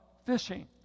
Fishing